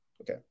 Okay